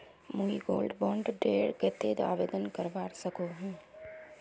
मुई gold bond डेर केते आवेदन करवा सकोहो ही?